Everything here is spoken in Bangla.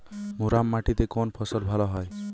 মুরাম মাটিতে কোন ফসল ভালো হয়?